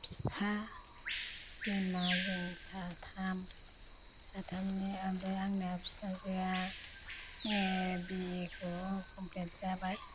फिफा बिमा जों साथाम साथामनि आमफ्राइ आंना फिसाजोआ बिएखौ कमफ्लिट जाबाय